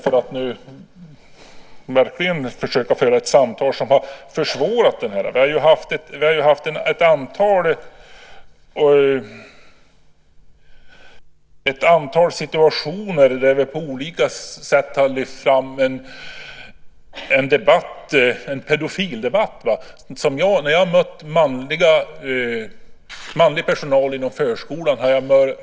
För att verkligen försöka föra ett samtal här vill jag säga att en sak som jag tror har försvårat detta är att vi har haft en pedofildebatt. Jag har mötts av en oro hos manlig personal inom förskolan.